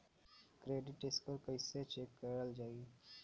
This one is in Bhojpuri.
क्रेडीट स्कोर कइसे चेक करल जायी?